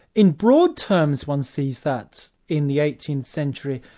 in broad terms one sees that in the eighteenth century,